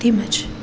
તેમજ